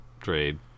trade